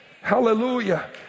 Hallelujah